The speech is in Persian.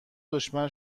دشمن